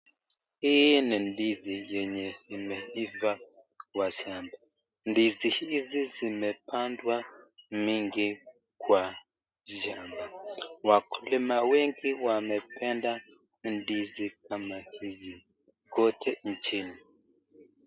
Hii ni ndizi enye imeiva kubwa sana. Ndizi hizi zimepandwa mingi kwa shamba. Wakulima wamependa ndizi kama hizi kote nchini.